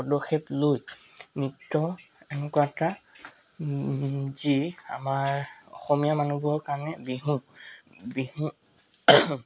পদক্ষেপ লৈ নৃত্য এনেকুৱা এটা যি আমাৰ অসমীয়া মানুহবোৰৰ কাৰণে বিহু বিহু